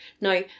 Now